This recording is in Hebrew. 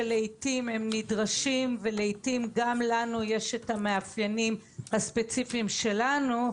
שלעיתים נדרשים ולעיתים גם לנו יש את המאפיינים הספציפיים שלנו,